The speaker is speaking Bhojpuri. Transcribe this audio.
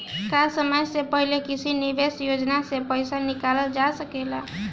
का समय से पहले किसी निवेश योजना से र्पइसा निकालल जा सकेला?